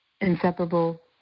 inseparable